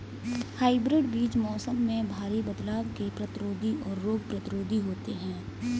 hybrid बीज मौसम में भारी बदलाव के प्रतिरोधी और रोग प्रतिरोधी होते हैं